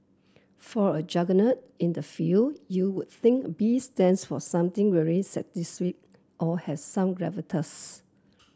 for a juggernaut in the field you would think B stands for something really or has some gravitas